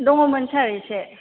दङमोन सार एसे